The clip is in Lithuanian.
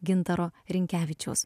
gintaro rinkevičiaus